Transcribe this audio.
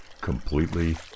completely